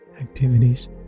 activities